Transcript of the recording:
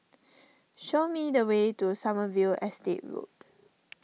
show me the way to Sommerville Estate Road